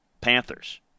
Panthers